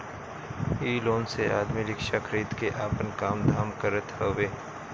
इ लोन से आदमी रिक्शा खरीद के आपन काम धाम करत हवे